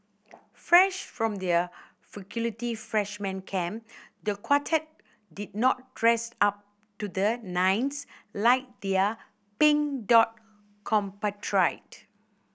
fresh from their faculty freshman camp the quartet did not dress up to the nines like their Pink Dot compatriot